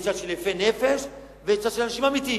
יש צד של יפי נפש ויש צד של אנשים אמיתיים.